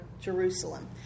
Jerusalem